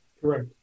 Correct